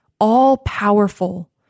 all-powerful